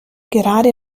gerade